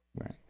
Right